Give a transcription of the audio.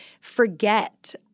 forget